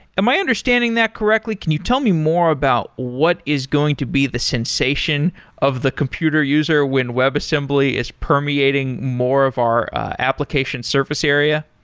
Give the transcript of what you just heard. am i understanding that correctly? can you tell me more about what is going to be the sensation of the computer user when webassembly is permeating more of our application surface area?